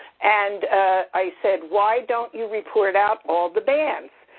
and i said, why don't you report out all the bands?